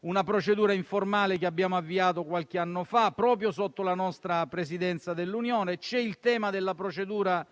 una procedura informale che abbiamo avviato qualche anno fa proprio sotto la nostra Presidenza dell'Unione; c'è il tema della procedura